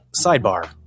sidebar